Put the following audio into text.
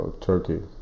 Turkey